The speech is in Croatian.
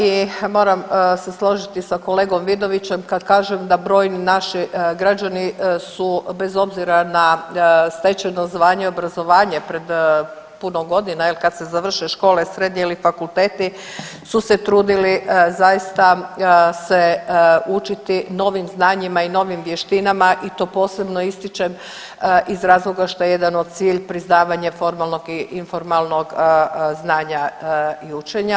I moram se složiti sa kolegom Vidovićem kad kažem da brojni naši građani su bez obzira na stečeno zvanje i obrazovanje pred puno godina jel kad se završe škole srednje ili fakulteti su se trudili zaista se učiti novim znanjima i novim vještinama i to posebno ističem iz razloga što je jedan od cilj priznavanje formalnog i informalnog znanja i učenja.